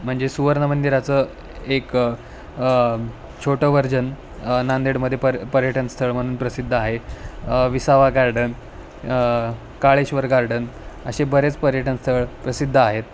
म्हणजे सुवर्ण मंदिराचं एक छोटं व्हजन नांदेडमध्ये पर पर्यटनस्थळ म्हणून प्रसिद्ध आहे विसावा गार्डन काळेश्वर गार्डन असे बरेच पर्यटन स्थळ प्रसिद्ध आहेत